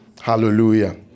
Hallelujah